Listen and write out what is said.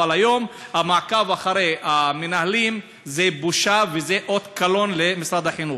אבל היום המעקב אחרי המנהלים זה בושה וזה אות קלון למשרד החינוך.